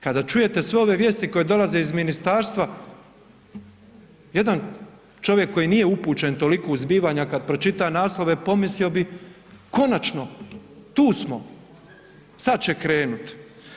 Kada čujete sve ove vijesti koje dolaze iz ministarstva jedan čovjek koji nije upućen toliko u zbivanja kada pročita naslove pomislio bi konačno, tu smo, sada će krenuti.